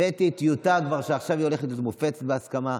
הבאתי טיוטה, שעכשיו היא כבר מופצת בהסכמה.